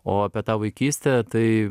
o apie tą vaikystę tai